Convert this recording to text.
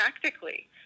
practically